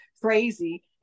crazy